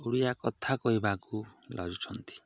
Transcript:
ଓଡ଼ିଆ କଥା କହିବାକୁ